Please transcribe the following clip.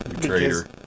traitor